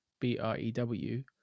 b-r-e-w